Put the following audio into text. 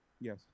yes